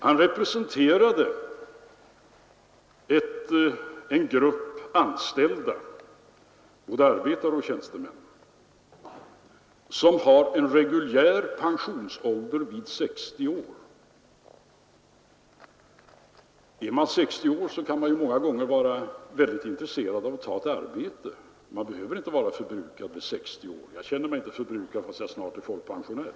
Han representerade en grupp anställda, både arbetare och tjänstemän, som har en reguljär pensionsålder vid 60 år. Är man 60 år kan man många gånger vara intresserad av att ta ett arbete. Man behöver inte vara förbrukad vid 60 år — jag känner mig inte förbrukad fast jag snart är folkpensionär.